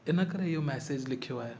इन करे इहो मैसेज लिखियो आहे